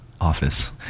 office